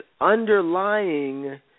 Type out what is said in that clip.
underlying